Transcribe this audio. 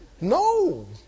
No